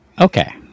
Okay